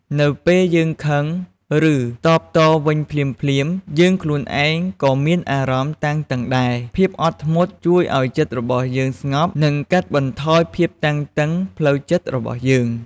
នៅពេលយើងខឹង ឬ តបតវិញភ្លាមៗ យើងខ្លួនឯងក៏មានអារម្មណ៍តានតឹងដែរ ភាពអត់ធ្មត់ជួយឲ្យចិត្តរបស់យើងស្ងប់ និងកាត់បន្ថយភាពតានតឹងផ្លូវចិត្តរបស់យើង។